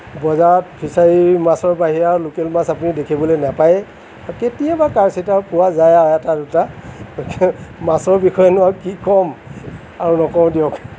বজাৰত ফিছাৰীৰ মাছৰ বাহিৰে আৰু লোকেল মাছ আপুনি দেখিবলৈ নাপায়ে কেতিয়াবা কাৰচিত আৰু পোৱা যায় আৰু এটা দুটা মাছৰ বিষয়েনো আৰু কি কম আৰু নকওঁ দিয়ক